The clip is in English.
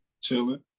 Chilling